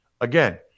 Again